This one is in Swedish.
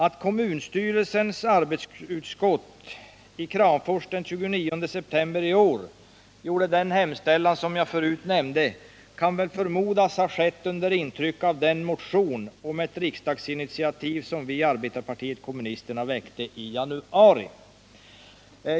När kommunstyrelsens arbetsutskott i Kramfors den 29 september i år gjorde den hemställan som jag förut nämnde kan det väl förmodas ha skett under intryck av den motion om ett riksdagsinitiativ som vi i arbetarpartiet kommunisterna väckte i januari.